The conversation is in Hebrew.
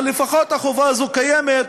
אבל לפחות החובה הזאת קיימת,